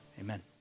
Amen